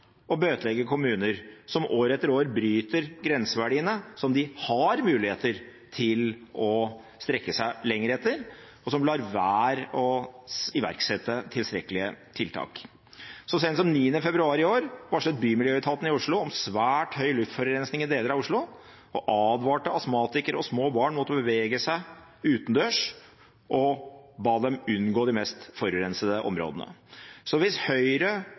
å bøtelegge kommuner som år etter år bryter grenseverdiene som de har muligheter til å strekke seg lenger etter, og som lar være å iverksette tilstrekkelige tiltak. Så sent som 9. februar i år varslet bymiljøetaten i Oslo om svært høy luftforurensning i deler av Oslo og advarte astmatikere og små barn mot å bevege seg utendørs og ba dem om å unngå de mest forurensede områdene. Så hvis Høyre,